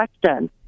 question